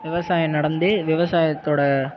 விவசாயம் நடந்து விவசாயத்தோடய